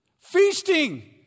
feasting